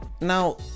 now